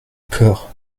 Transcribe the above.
peur